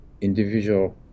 individual